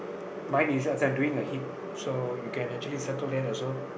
mine is uh this one doing a hit so you can actually circle that also